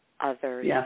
others